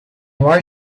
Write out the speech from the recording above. why